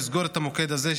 לסגור את המוקד הזה,